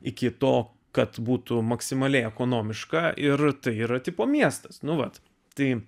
iki to kad būtų maksimaliai ekonomiška ir tai yra tipo miestas nu vat tai